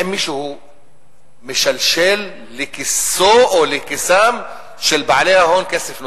האם מישהו משלשל לכיסו או לכיסם של בעלי ההון כסף נוסף?